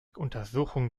untersuchung